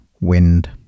wind